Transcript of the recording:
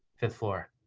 fifth floor,